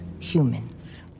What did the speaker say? humans